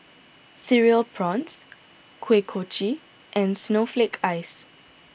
Cereal Prawns Kuih Kochi and Snowflake Ice